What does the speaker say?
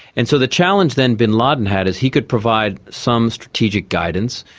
and so the challenge then bin laden had is he could provide some strategic guidance.